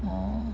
orh